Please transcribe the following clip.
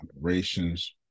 operations